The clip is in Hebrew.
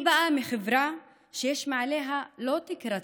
אני באה מחברה שיש מעליה לא תקרת זכוכית,